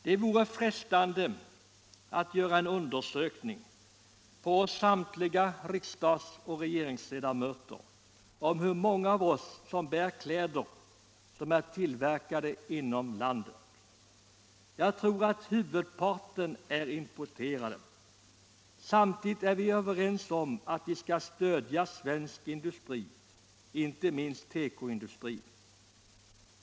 Det vore frestande att göra en undersökning på oss samtliga riksdagsoch regeringsledamöter om hur många av oss som bär kläder tillverkade inom landet. Jag tror att huvudparten av kläderna är importerad. Samtidigt är vi överens om att vi skall stödja svensk industri, inte minst tekoindustrin.